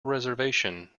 reservation